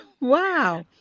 Wow